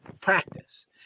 practice